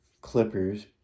Clippers